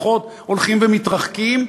הולכים ומתרחקים,